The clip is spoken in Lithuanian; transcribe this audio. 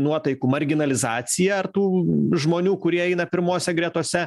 nuotaikų marginalizaciją ar tų žmonių kurie eina pirmose gretose